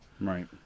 Right